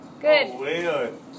Good